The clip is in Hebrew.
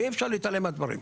ואי אפשר להתעלם מהדברים,